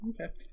okay